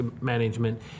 management